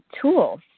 tools